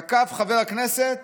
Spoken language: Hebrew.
כך תקף חבר הכנסת